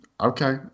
okay